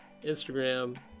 Instagram